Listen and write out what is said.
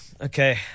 Okay